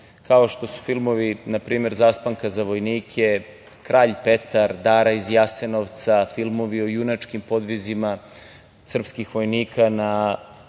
kao što su filmovi npr. „Zaspanka za vojnike“, „Kralj Petar“, „Dara iz Jasenovca“, filmovi o junačkim podvizima srpskih vojnika na